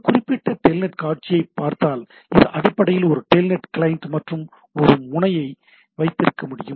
இந்த குறிப்பிட்ட டெல்நெட் காட்சியைப் பார்த்தால் இது அடிப்படையில் ஒரு டெல்நெட் கிளையன்ட் மற்றும் ஒரு முனையை வைத்திருக்க முடியும்